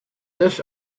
this